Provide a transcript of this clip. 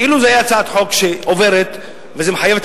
אילו זו היתה הצעת חוק שעוברת וזה מחייב את